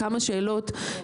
כמה שאלות,